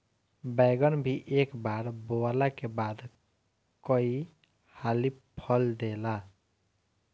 बैगन भी एक बार बोअला के बाद कई हाली फल देला